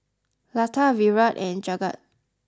Lata Virat and Jagat